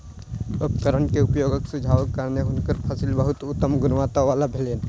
उपकरण के उपयोगक सुझावक कारणेँ हुनकर फसिल बहुत उत्तम गुणवत्ता वला भेलैन